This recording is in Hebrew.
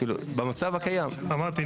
אמרתי,